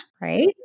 right